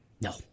No